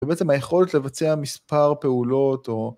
בעצם היכולת לבצע מספר פעולות, או...